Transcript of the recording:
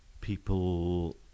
people